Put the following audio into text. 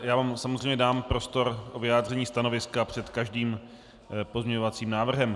Já vám samozřejmě dám prostor k vyjádření stanoviska před každým pozměňovacím návrhem.